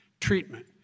treatment